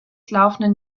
laufenden